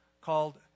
called